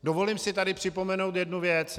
Dovolím si tady připomenout jednu věc.